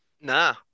Nah